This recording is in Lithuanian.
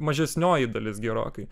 mažesnioji dalis gerokai